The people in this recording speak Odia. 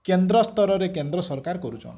କେନ୍ଦ୍ର ସ୍ତରରେ କେନ୍ଦ୍ର ସରକାର୍ କରୁଛନ୍